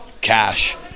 cash